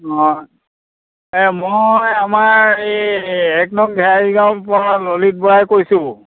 অঁ এই মই আমাৰ এই এক নং গাঁৱৰ পৰা ললিত বৰাই কৈছোঁ